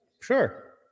sure